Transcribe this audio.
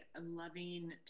loving